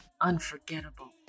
unforgettable